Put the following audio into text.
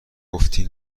گفتی